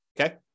okay